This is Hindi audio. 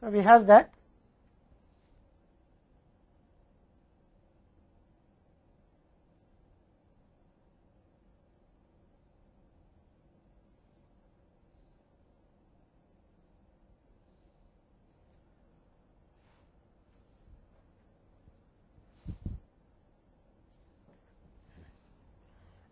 तो हमारे पास वह है